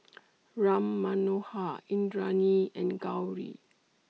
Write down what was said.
Ram Manohar Indranee and Gauri